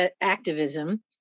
activism